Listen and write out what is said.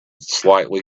slightly